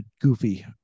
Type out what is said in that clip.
goofy